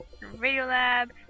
Radiolab